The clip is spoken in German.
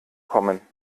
kommen